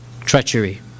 Treachery